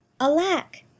Alack